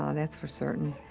um that's for certain.